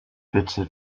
bitte